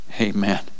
Amen